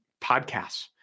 podcasts